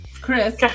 Chris